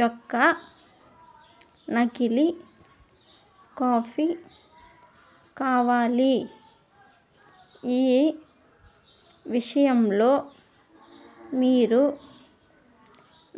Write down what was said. యొక్క నకిలీ కాపీ కావాలి ఈ విషయంలో మీరు